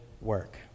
work